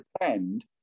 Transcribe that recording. pretend